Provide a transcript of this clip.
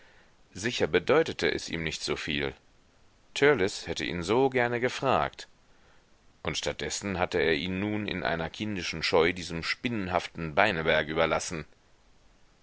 sicher bedeutete es ihm nicht soviel törleß hätte ihn so gerne gefragt und statt dessen hatte er ihn nun in einer kindischen scheu diesem spinnenhaften beineberg überlassen